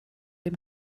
dem